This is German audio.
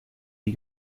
die